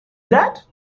that